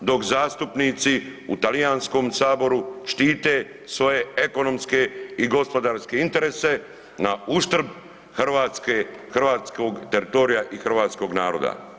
dok zastupnici u talijanskom saboru štite svoje ekonomske i gospodarske interese na uštrb Hrvatske, hrvatskog teritorija i hrvatskog naroda.